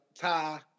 Ty